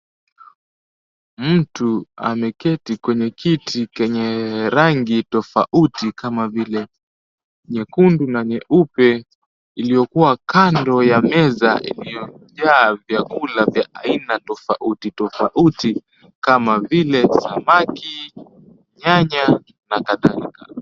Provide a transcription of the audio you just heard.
Mtu ameketi kwenye kiti chenye rangi tofauti kama vile nyekundu na nyeupe iliyokuwa kando ya meza iliyojaa vyakula vya aina tofauti tofauti kama vile samaki, nyanya na kadhalika.